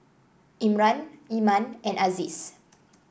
Imran Iman and Aziz